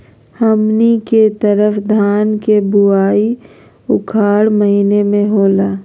हमनी के तरफ धान के बुवाई उखाड़ महीना में होला